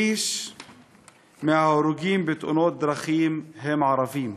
שליש מההרוגים בתאונות הדרכים הם ערבים.